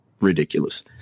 ridiculous